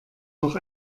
noch